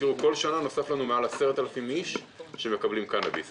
תזכרו שכל שנה נוספים לנו מעל לעשרת אלפים אנשים שמקבלים קנאביס.